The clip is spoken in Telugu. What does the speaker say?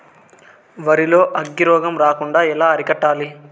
వరి లో అగ్గి రోగం రాకుండా ఎలా అరికట్టాలి?